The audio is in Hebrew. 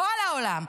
כל העולם,